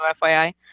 FYI